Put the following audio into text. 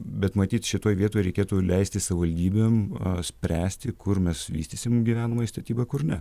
bet matyt šitoj vietoj reikėtų leisti savivaldybėm spręsti kur mes vystysim gyvenamąją statybą kur ne